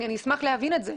אני אשמח להבין את זה.